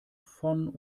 von